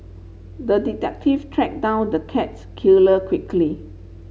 the detective tracked down the cats killer quickly